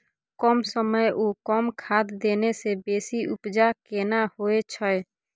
कम समय ओ कम खाद देने से बेसी उपजा केना होय छै?